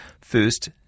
first